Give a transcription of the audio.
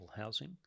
housing